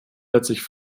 letztlich